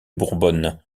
bourbonne